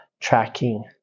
tracking